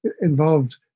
involved